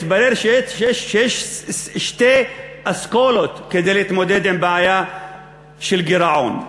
מתברר שיש שתי אסכולות להתמודדות עם בעיה של גירעון.